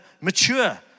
mature